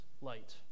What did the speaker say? light